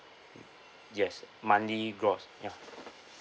yes monthly gross ya